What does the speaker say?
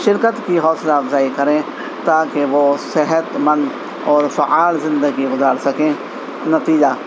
شرکت کی حوصلہ افزائی کریں تاکہ وہ صحتمند اور فعال زندگی گزار سکیں نتیجہ